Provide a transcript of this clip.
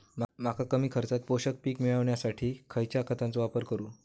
मका कमी खर्चात पोषक पीक मिळण्यासाठी मी खैयच्या खतांचो वापर करू?